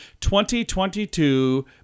2022